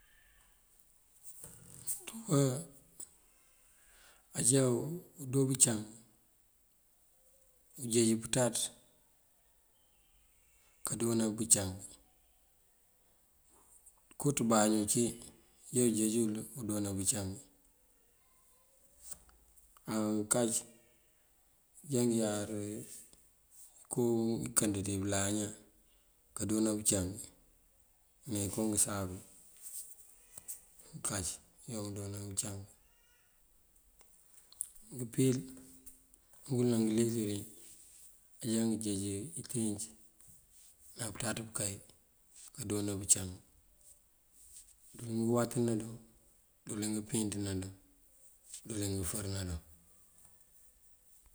> ajá udoo bëncang unjeej pënţaţ kandoona bëncang. Kooţibañu cí ajá unjeej uwul kandoona bëncang. Á ngënkac joon ngëyar inko inkënd dí bëlaña kandoona bëncang me kom ngëcálu, ngënkac ajá undoona bëncang. Ngëmpíl ngul ná ngëlinc ngí ajá ngënjeej intenc ná pënţaţ pënkay pëndoona bëncang. Dul dí ngëwatëna dun, dul dí ngumpíinţëna dun, dul dí ngufërëna dun.